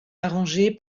arrangée